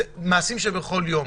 אלה מעשים שקורים בכל יום.